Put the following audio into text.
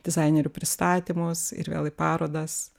dizainerių pristatymus ir vėl į parodas